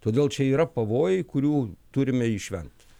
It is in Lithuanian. todėl čia yra pavojai kurių turime išvengt